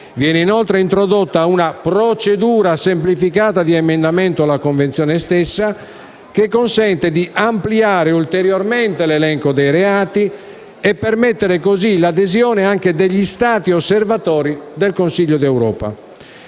Viene inoltre introdotta una procedura semplificata di emendamento alla Convenzione stessa, che consente di ampliare ulteriormente l'elenco dei reati e permette così l'adesione anche degli Stati osservatori del Consiglio d'Europa.